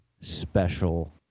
special